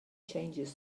changes